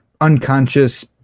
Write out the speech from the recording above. unconscious